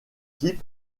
clips